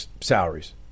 salaries